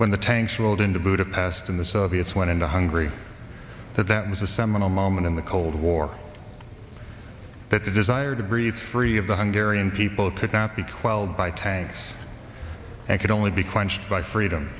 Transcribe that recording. when the tanks rolled into budapest in the soviets went into hungry that that was a seminal moment in the cold war that the desire to breathe free of the hungary and people could not be twelve by tanks and could only be quenched by freedom